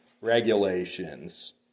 regulations